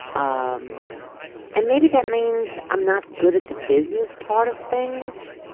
um and maybe that means i'm not good at the business part of things,